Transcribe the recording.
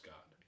God